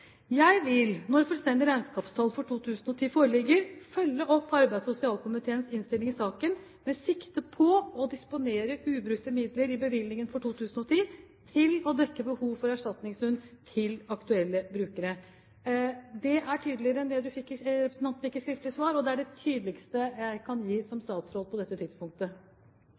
Jeg vil, når fullstendige regnskapstall for 2010 foreligger, følge opp arbeids- og sosialkomiteens innstilling i saken med sikte på å disponere ubrukte midler i bevilgningen for 2010 til å dekke behov for erstatningshund til aktuelle brukere. Dette svaret er tydeligere enn det representanten fikk i det skriftlige svaret, og det er det tydeligste jeg som statsråd kan gi på dette tidspunktet.